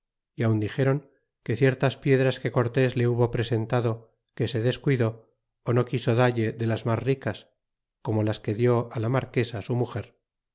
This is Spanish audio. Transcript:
y aun dixeron que ciertas piedras que cortes le hubo presentado que se descuidó ó no quiso dalle de las mas ricas como las que dió la marquesa su rnuger